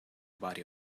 body